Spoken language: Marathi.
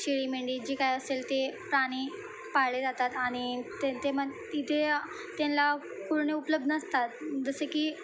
शेळी मेंढी जी काय असेल ते प्राणी पाळले जातात आणि ते ते मग तिथे त्यांना पूर्ण उपलब्ध नसतात जसे की